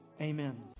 amen